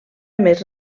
més